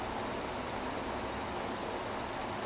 because okay அந்த:antha show leh வந்து பாத்தினா:vanthu paathinaa